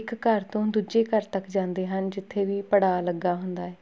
ਇੱਕ ਘਰ ਤੋਂ ਦੂਜੇ ਘਰ ਤੱਕ ਜਾਂਦੇ ਹਨ ਜਿੱਥੇ ਵੀ ਪੜਾ ਲੱਗਾ ਹੁੰਦਾ ਹੈ